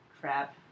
crap